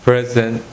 Present